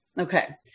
Okay